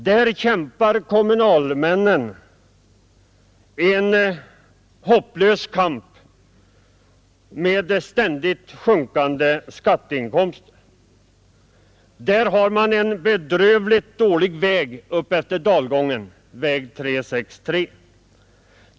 Där kämpar kommunalmännen en hopplös kamp med ständigt sjunkande skatteinkomster. Där har man en bedrövligt dålig väg upp efter dalgången, väg 363.